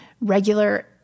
regular